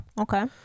okay